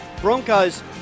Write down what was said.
Broncos